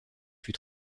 fut